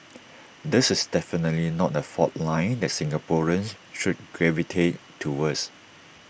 this is definitely not A fault line that Singaporeans should gravitate towards